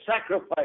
sacrifice